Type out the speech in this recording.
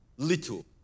Little